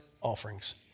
offerings